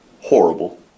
horrible